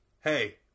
hey